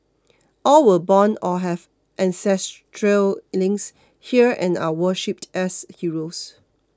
all were born or have ancestral links here and are worshipped as heroes